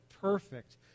perfect